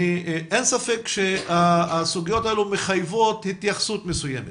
אין ספק שהסוגיות האלו מחייבות התייחסות מסוימת.